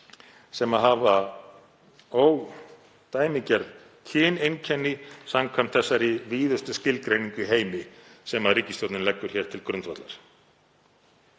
sem hafa ódæmigerð kyneinkenni samkvæmt þessari víðustu skilgreiningu í heimi sem ríkisstjórnin leggur hér til grundvallar.